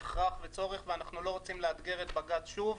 הכרח ויש צורך ואנחנו לא רוצים לאתגר את בג"ץ שוב,